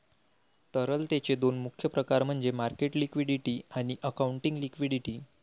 तरलतेचे दोन मुख्य प्रकार म्हणजे मार्केट लिक्विडिटी आणि अकाउंटिंग लिक्विडिटी